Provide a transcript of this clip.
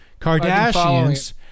kardashians